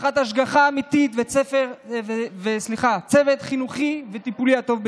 תחת השגחה אמיתית והצוות החינוכי והטיפולי הטוב ביותר,